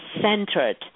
centered